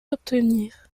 obtenir